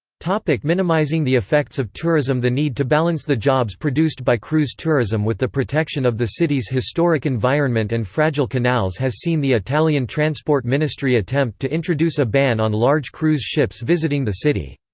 like minimising the effects of tourism the need to balance the jobs produced by cruise tourism with the protection of the city's historic environment and fragile canals has seen the italian transport ministry attempt to introduce a ban on large cruise ships visiting the city.